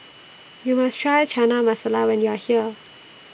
YOU must Try Chana Masala when YOU Are here